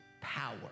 power